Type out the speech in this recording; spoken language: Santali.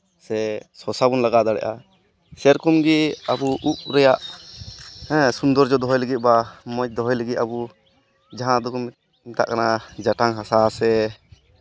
ᱥᱮ ᱥᱚᱥᱟ ᱵᱚᱱ ᱞᱟᱜᱟᱣ ᱫᱟᱲᱮᱭᱟᱜᱼᱟ ᱥᱮᱨᱚᱠᱚᱢ ᱜᱮ ᱟᱵᱚ ᱩᱵ ᱨᱮᱭᱟᱜ ᱦᱮᱸ ᱥᱳᱱᱫᱚᱨᱡᱚ ᱫᱚᱦᱚᱭ ᱞᱟᱹᱜᱤᱫ ᱵᱟ ᱢᱚᱡᱽ ᱫᱚᱦᱚᱭ ᱞᱟᱹᱜᱤᱫ ᱟᱵᱚ ᱡᱟᱦᱟᱸ ᱫᱚᱠᱚ ᱢᱮᱛᱟᱜ ᱠᱟᱱᱟ ᱡᱟᱴᱟᱝ ᱦᱟᱥᱟ ᱥᱮ